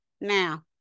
Now